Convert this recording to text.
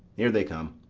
here they come.